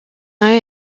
eye